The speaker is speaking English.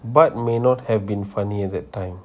but may not have been funny at that time